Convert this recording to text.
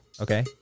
okay